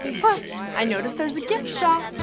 plus, i noticed there's a gift shop!